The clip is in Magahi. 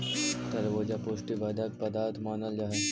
तरबूजा पुष्टि वर्धक पदार्थ मानल जा हई